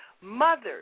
mothers